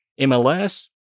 MLS